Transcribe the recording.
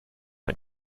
and